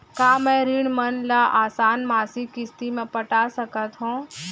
का मैं ऋण मन ल आसान मासिक किस्ती म पटा सकत हो?